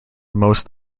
most